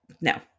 No